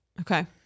Okay